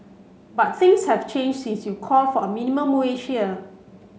but things have changed since you called for a minimum wage here